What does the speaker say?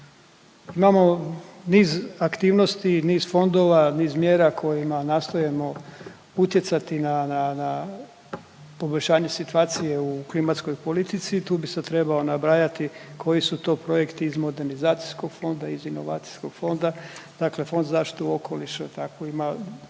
imamo niz aktivnosti, niz fondova, niz mjera kojima nastojimo utjecati na, na, na poboljšanje situacije u klimatskoj politici. Tu bi se trebalo nabrajati koji su to projekti iz Modernizacijskog fonda, iz Inovacijskog fonda, dakle Fond za zaštitu okoliša tako